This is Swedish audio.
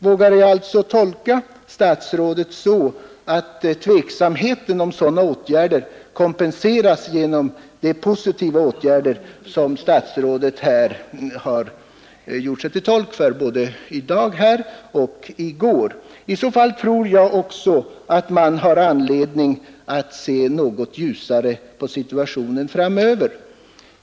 Vågar jag alltså tolka statsrådet så att sådana tveksamma åtgärder bör kompenseras genom de positiva åtgärder som statsrådet har talat om både i dag och i går? I så fall tror jag man har anledning att se något ljusare på situationen framöver.